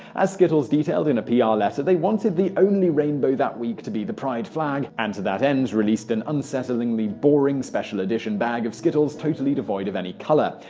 as skittles detailed in a pr letter, they wanted the only rainbow that week to be the pride flag and to that end released an unsettlingly boring special edition bag of skittles totally devoid of any color.